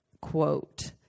quote